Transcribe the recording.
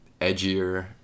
edgier